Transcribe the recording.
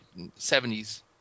70s